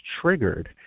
triggered